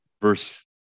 verse